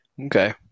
okay